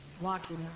walking